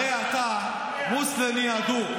הרי אתה מוסלמי אדוק,